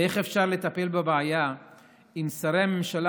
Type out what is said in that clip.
איך אפשר לטפל בבעיה אם שרי הממשלה